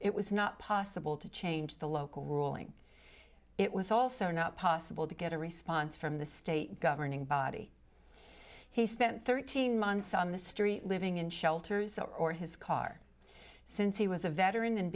it was not possible to change the local ruling it was also not possible to get a response from the state governing body he spent thirteen months on the street living in shelters or his car since he was a veteran and